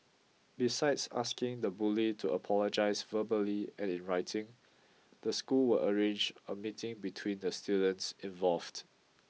besides asking the bully to apologise verbally and in writing the school will arrange a meeting between the students involved